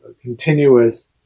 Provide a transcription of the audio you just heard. continuous